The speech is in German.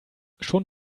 schon